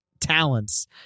talents